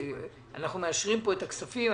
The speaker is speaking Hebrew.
אנחנו מאשרים פה את הכספים,